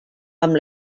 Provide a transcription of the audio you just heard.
amb